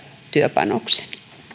työpanoksen